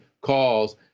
calls